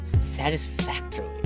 satisfactorily